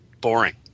boring